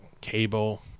cable